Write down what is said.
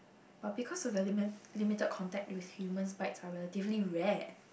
but because of their lim~ limited contacts with humans bites are relatively rare